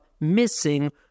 missing